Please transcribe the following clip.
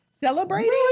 Celebrating